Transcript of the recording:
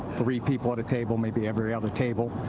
three people at a table, maybe every other table.